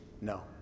no